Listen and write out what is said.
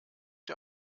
der